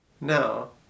No